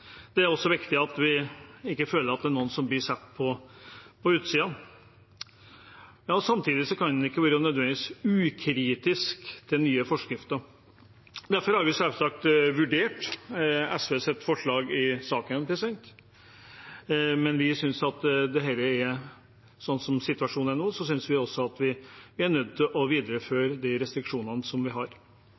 det også viktig at vi håndterer det på en god måte. Det er også viktig at vi ikke føler at noen blir satt på utsiden. Samtidig kan man nødvendigvis ikke være ukritisk til nye forskrifter. Derfor har vi selvsagt vurdert SVs forslag i saken, men vi synes, slik situasjonen er nå, at vi er nødt til å videreføre de restriksjonene vi har.